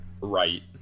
right